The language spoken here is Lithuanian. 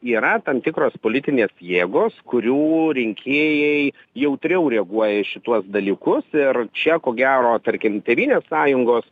yra tam tikros politinės jėgos kurių rinkėjai jautriau reaguoja į šituos dalykus ir čia ko gero tarkim tėvynės sąjungos